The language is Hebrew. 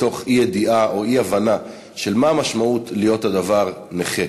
מתוך אי-ידיעה או אי-הבנה של מה משמעות הדבר להיות נכה,